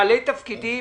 בעלי תפקידים,